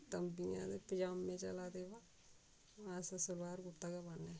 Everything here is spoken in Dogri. तंबियां ते पजामें चला दे बा अस सलवार कुर्ता गै पान्ने